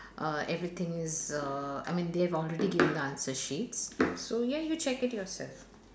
uh everything is uh I mean they have already given the answer sheets so ya you check it yourself